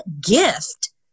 gift